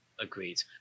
Agreed